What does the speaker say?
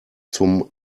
zum